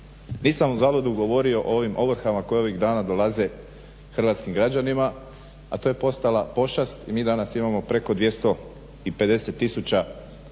Nisam uzalud govorio o ovim ovrhama koje ovih dana dolaze hrvatskim građanima, a to je postala pošast. I mi danas imamo preko 250000 blokiranih